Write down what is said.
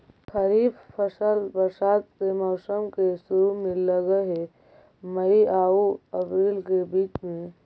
खरीफ फसल बरसात के मौसम के शुरु में लग हे, मई आऊ अपरील के बीच में